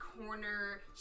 corner